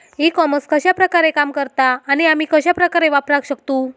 E commerce कश्या प्रकारे काम करता आणि आमी कश्या प्रकारे वापराक शकतू?